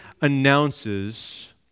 announces